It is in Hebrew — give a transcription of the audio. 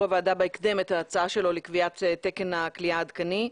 הוועדה בהקדם את ההצעה שלו לקביעת תקן הכליאה העדכני,